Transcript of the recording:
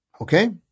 Okay